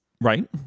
Right